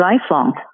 lifelong